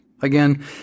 Again